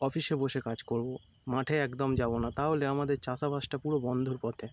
অফিসে বসে কাজ করবো মাঠে একদম যাবো না তাহলে আমাদের চাষবাসটা পুরো বন্ধর পথে